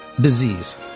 disease